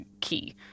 key